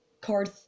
Card